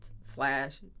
slash